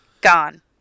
Gone